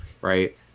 right